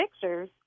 pictures